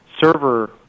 server